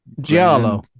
Giallo